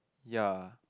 ya